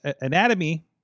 anatomy